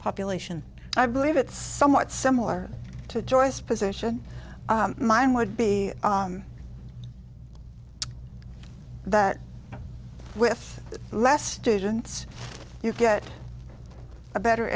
population i believe it's somewhat similar to joyce position mine would be that with less students you get a better